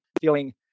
feeling